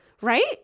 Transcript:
Right